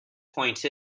point